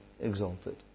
exalted